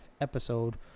episode